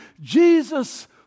Jesus